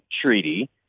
treaty